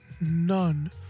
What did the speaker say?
none